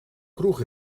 kroeg